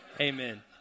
Amen